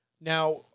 Now